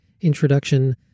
introduction